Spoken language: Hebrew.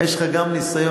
יש לך גם ניסיון,